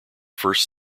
first